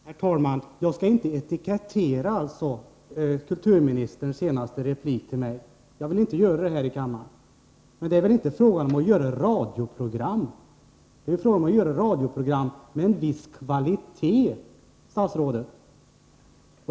Herr talman! Jag skall inte etikettera kulturministerns senaste replik till mig. Jag vill inte göra det här i kammaren. Men det är inte bara fråga om att göra radioprogram — utan att göra radioprogram med en viss kvalitet, statsrådet.